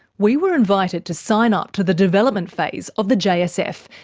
we were invited to sign up to the development phase of the jsf,